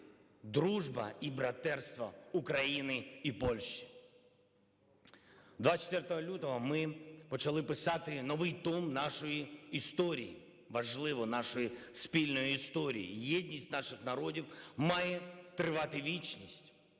дружба і братерство України і Польщі. 24 лютого ми почали писати новий том нашої історії, важливо, нашої спільної історії. Єдність наших народів має тривати вічність.